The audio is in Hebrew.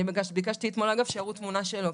אני ביקשתי אתמול אגב, שיראו תמונה שלו.